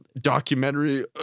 documentary